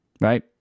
right